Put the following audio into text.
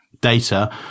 data